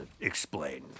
explain